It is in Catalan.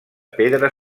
pedra